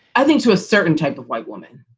i think to a certain type of white woman.